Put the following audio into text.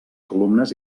columnes